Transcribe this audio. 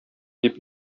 дип